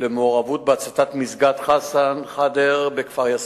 למעורבות בהצתת מסגד "חסן חאדר" בכפר יאסוף.